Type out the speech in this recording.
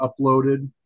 uploaded